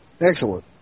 excellent